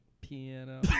piano